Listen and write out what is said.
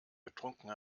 getrunken